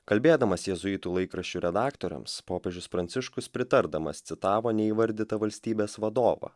kalbėdamas jėzuitų laikraščių redaktoriams popiežius pranciškus pritardamas citavo neįvardytą valstybės vadovą